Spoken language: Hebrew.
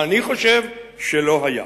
שאני חושב שלא היה.